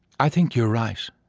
i think you're right.